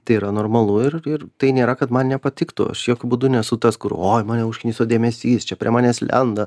tai yra normalu ir ir tai nėra kad man nepatiktų aš jokiu būdu nesu tas kur oj mane užkniso dėmesys čia prie manęs lenda